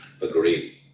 agreed